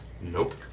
Nope